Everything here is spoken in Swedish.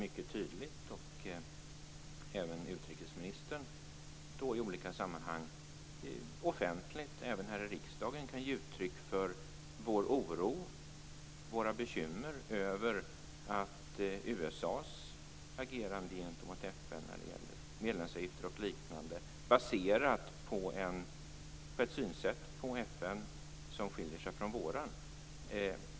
Vi och även utrikesministern kan i olika offentliga sammanhang, även här i riksdagen, mycket tydligt ge uttryck för vår oro och våra bekymmer över USA:s agerande gentemot FN när det gäller medlemsavgifter och liknande, baserat på ett synsätt på FN som skiljer sig från vårt.